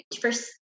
first